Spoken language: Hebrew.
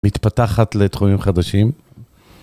מתפתחת לתחומים חדשים.